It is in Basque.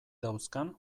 dauzkan